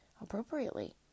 appropriately